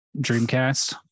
Dreamcast